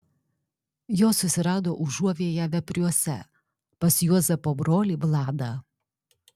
jos susirado užuovėją vepriuose pas juozapo brolį vladą